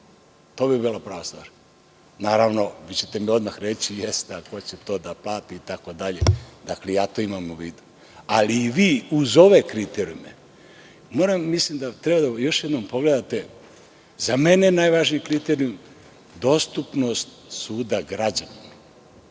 To bi bila prava stvar. Naravno, vi ćete mi odmah reći - jeste ali ko će to da plati itd. Dakle, to imam u vidu, ali i vi uz ove kriterijume, mislim da treba da još jednom pogledate, za mene najvažniji kriterijum dostupnost suda građanima. Prošli